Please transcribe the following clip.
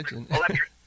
electric